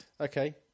okay